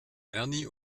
ernie